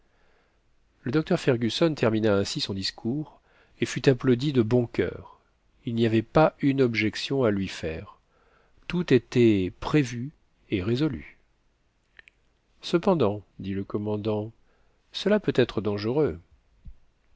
le docteur fergusson termina ainsi son discours et fut applaudi de bon cur il n'y avait pas une objection à lui faire tout était prévu et résolu cependant dit le commandant cela peut être dangereux